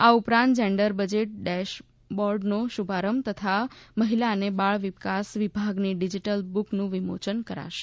આ ઉપરાંત gender budget ડેશબોર્ડનો શુભારંભ તથા મહિલા અને બાળ વિકાસ વિભાગની ડીજીટલ બુકનું વિમોચન કરાશે